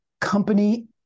company